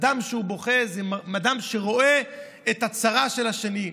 אדם שבוכה זה אדם שרואה את הצרה של השני,